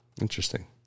Interesting